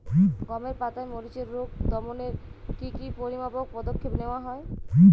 গমের পাতার মরিচের রোগ দমনে কি কি পরিমাপক পদক্ষেপ নেওয়া হয়?